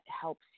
helps